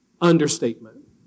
understatement